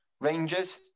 Rangers